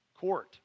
court